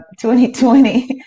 2020